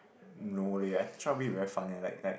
no leh actually rugby trouble very fun eh like like